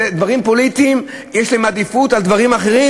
דברים פוליטיים, יש להם עדיפות על דברים אחרים?